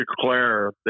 declare